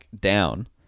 down